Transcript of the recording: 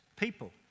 people